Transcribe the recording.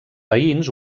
veïns